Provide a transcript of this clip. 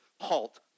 HALT